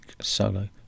solo